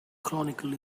chronicle